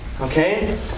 Okay